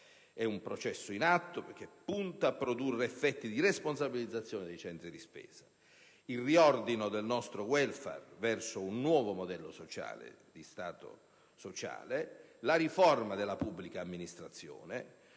è un processo in atto che punta a produrre effetti di responsabilizzazione dei centri di spesa. Il riordino del nostro *welfare* verso un nuovo modello di Stato sociale e la riforma della pubblica amministrazione: